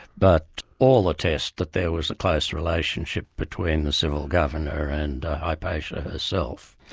but all attest that there was a close relationship between the civil governor and hypatia herself.